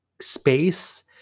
space